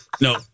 No